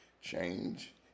change